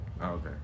Okay